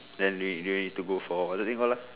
then you you need to go for what's it called lah